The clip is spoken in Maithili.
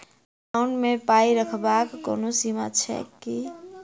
एकाउन्ट मे पाई रखबाक कोनो सीमा छैक की?